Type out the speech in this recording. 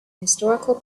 historical